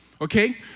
okay